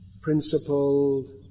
principled